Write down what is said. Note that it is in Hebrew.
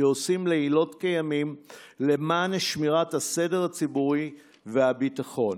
שעושים לילות כימים למען שמירת הסדר הציבורי והביטחון.